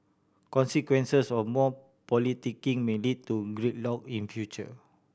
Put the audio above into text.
consequences of more politicking may lead to gridlock in future